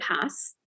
pass